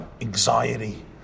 anxiety